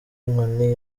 inkoni